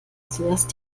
zuerst